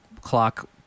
clock